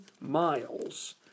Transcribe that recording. miles